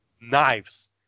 knives